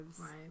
Right